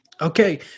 Okay